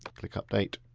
click update.